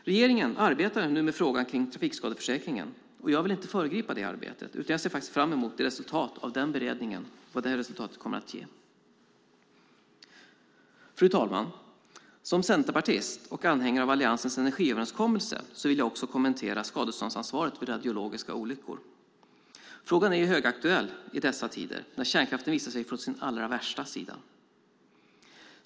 Regeringen arbetar med frågan kring trafikskadeförsäkringen. Jag vill inte föregripa det arbetet utan ser fram mot resultatet av beredningen och vad detta resultat kommer att ge. Fru talman! Som Centerpartist och anhängare av Alliansens energiöverenskommelse vill jag också kommentera skadeståndsansvaret vid radiologiska olyckor. Frågan är ju högaktuell i dessa tider när kärnkraften visar sig från sin allra värsta sida.